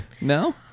No